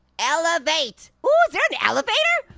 elevate. oh, is there an elevator?